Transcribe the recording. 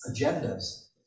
agendas